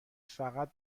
فقط